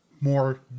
more